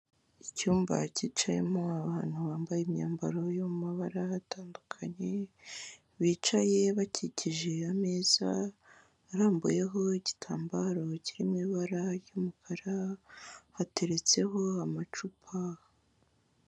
Icyumba cyicayemo abantu bambaye imyambaro yo mu mabara atandukanye, bicaye bakikije ameza arambuyeho igitambaro kirimo ibara ry'umukara, hateretseho amacupa.